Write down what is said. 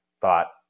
thought